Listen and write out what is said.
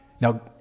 Now